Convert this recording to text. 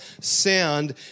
sound